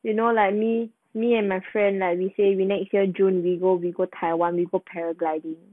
you know like me me and my friend like we say we next year june we go we go taiwan we go paragliding